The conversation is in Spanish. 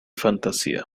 fantasía